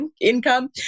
income